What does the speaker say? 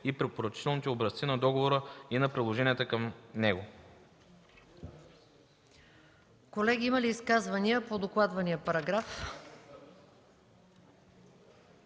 и препоръчителните образци на договора и на приложенията към него.”